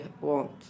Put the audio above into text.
want